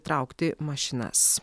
traukti mašinas